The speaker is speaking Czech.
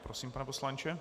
Prosím, pane poslanče.